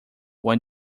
when